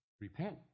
Repent